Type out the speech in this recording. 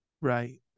Right